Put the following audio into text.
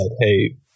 hey